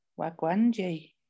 Wagwanji